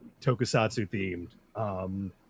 tokusatsu-themed